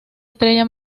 estrella